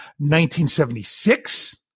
1976